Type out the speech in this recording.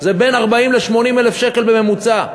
זה בין 40,000 ל-80,000 שקל בממוצע.